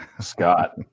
Scott